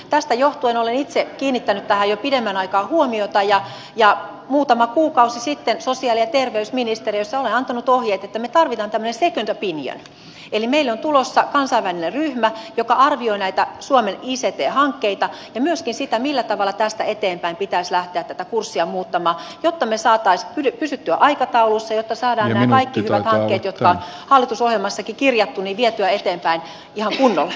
tästä johtuen olen itse kiinnittänyt tähän jo pidemmän aikaa huomiota ja muutama kuukausi sitten sosiaali ja terveysministeriössä olen antanut ohjeet että me tarvitsemme tämmöisen second opinionin eli meille on tulossa kansainvälinen ryhmä joka arvioi suomen ict hankkeita ja myöskin sitä millä tavalla tästä eteenpäin pitäisi lähteä muuttamaan kurssia jotta me saisimme pysyttyä aikataulussa jotta saadaan nämä kaikki hyvät hankkeet jotka hallitusohjelmassakin on kirjattu vietyä eteenpäin ihan kunnolla